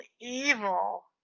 evil